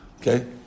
Okay